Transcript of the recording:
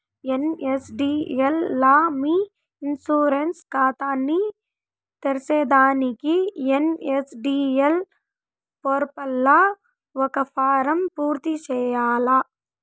NSDL లా మీ insurance కాతాని తెర్సేదానికి ఎన్.ఎస్.డి.ఎల్ పోర్పల్ల ఒక ఫారం పూర్తి చేయాల్ల